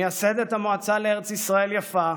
מייסדת המועצה לארץ ישראל יפה.